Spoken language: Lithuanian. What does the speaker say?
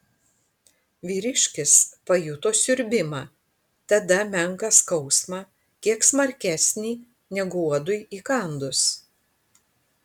vyriškis pajuto siurbimą tada menką skausmą kiek smarkesnį negu uodui įkandus